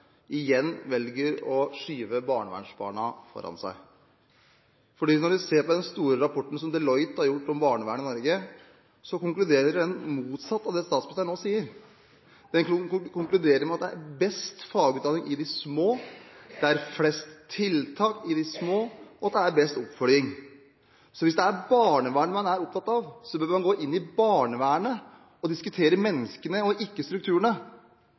igjen velger å skyve barnevernsbarna foran seg. Når man ser på den store rapporten som Deloitte har gjort om barnevern i Norge, konkluderer den med det motsatte av det statsministeren nå sier. Den konkluderer med at det er best fagutdanning, flest tiltak og best oppfølging i de små kommunene. Hvis det er barnevern man er opptatt av, bør man gå inn i barnevernet og diskutere menneskene, og